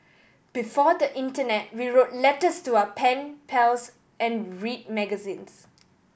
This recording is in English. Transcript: before the internet we wrote letters to our pen pals and read magazines